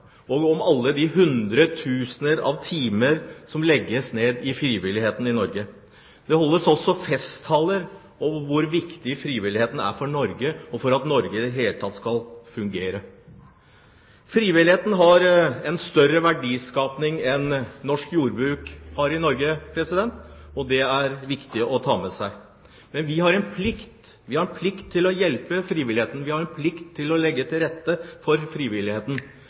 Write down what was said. for at Norge i det hele tatt skal fungere. Frivilligheten har en større verdiskapning enn norsk jordbruk har i Norge. Det er viktig å ta med seg. Men vi har en plikt til å hjelpe frivilligheten. Vi har en plikt til å legge til rette for frivilligheten.